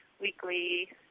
weekly